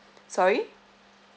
sorry